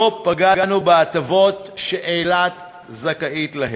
לא פגענו בהטבות שאילת זכאית להן.